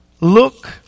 look